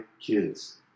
kids